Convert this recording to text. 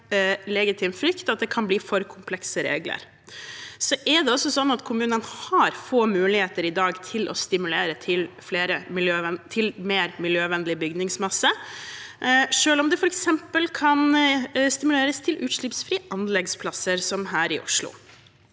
legitim frykt at det kan bli for komplekse regler. Det er sånn at kommunene i dag har få muligheter til å stimulere til mer miljøvennlig bygningsmasse, selv om det f.eks. kan stimuleres til utslippsfrie anleggsplasser, som her i Oslo.